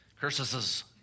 curses